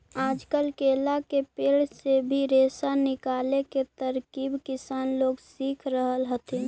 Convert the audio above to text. आजकल केला के पेड़ से भी रेशा निकाले के तरकीब किसान लोग सीख रहल हथिन